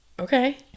okay